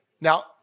Now